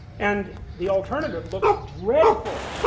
and the alternative looks dreadful.